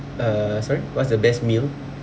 uh sorry what's the best meal